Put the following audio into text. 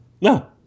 No